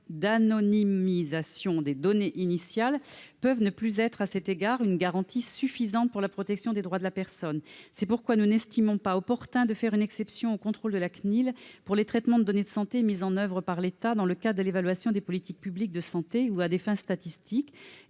d'anonymisation des données initiales peuvent ne plus constituer une garantie suffisante de la protection des droits de la personne. C'est pourquoi nous n'estimons pas opportun de faire une exception au contrôle de la CNIL pour les traitements de données de santé mis en oeuvre par l'État dans le cadre de l'évaluation des politiques publiques de santé ou à des fins statistiques,